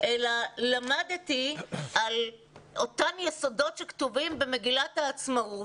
אלא למדתי על אותם יסודות שכתובים במגילת העצמאות,